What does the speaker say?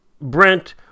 Brent